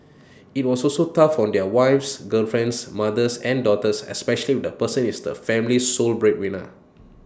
IT was also tough on their wives girlfriends mothers and daughters especially if the person is the family's sole breadwinner